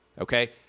okay